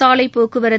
சாலைப் போக்குவரத்து